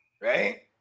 Right